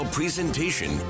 presentation